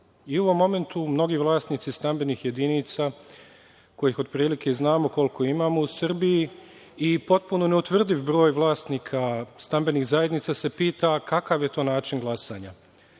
U jednom momentu mnogi vlasnici stambenih jedinica, kojih otprilike znamo koliko imamo u Srbiji, i potpuno neutvrdiv broj vlasnika stambenih zajednica, se pita kakav je to način glasanja. Zamislimo